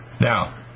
Now